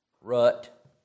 rut